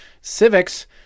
civics